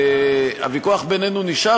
והוויכוח בינינו נשאר,